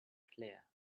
clear